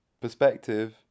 perspective